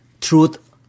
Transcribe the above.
truth